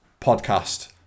podcast